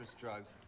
drugs